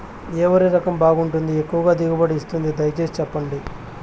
ఏ వరి రకం బాగుంటుంది, ఎక్కువగా దిగుబడి ఇస్తుంది దయసేసి చెప్పండి?